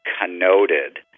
connoted